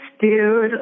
dude